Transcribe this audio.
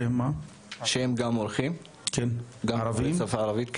שהם גם עורכים בשפה הערבית.